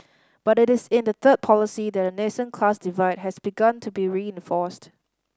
but it is in the third policy that a nascent class divide has begun to be reinforced